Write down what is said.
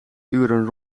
uren